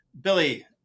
Billy